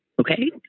Okay